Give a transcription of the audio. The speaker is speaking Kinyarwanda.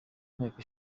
nteko